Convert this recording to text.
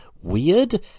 weird